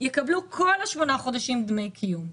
יקבלו כל שמונת החודשים דמי קיום.